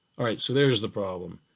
alright, so there's the problem,